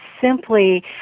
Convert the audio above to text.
simply